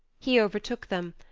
he overtook them,